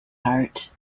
heart